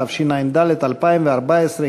התשע"ד 2014,